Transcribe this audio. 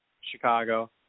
Chicago